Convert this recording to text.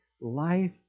life